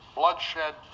bloodshed